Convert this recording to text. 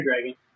dragon